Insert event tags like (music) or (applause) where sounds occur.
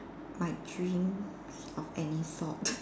my dreams of any sort (laughs)